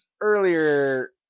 earlier